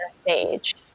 stage